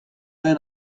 den